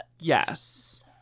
yes